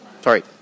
sorry